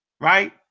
right